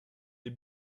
les